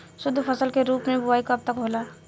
शुद्धफसल के रूप में बुआई कब तक होला?